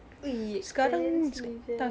!oi! expensive eh